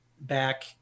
back